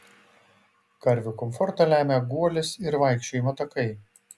karvių komfortą lemia guolis ir vaikščiojimo takai